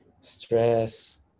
stress